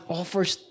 offers